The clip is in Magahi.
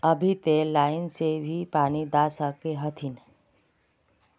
अभी ते लाइन से भी पानी दा सके हथीन?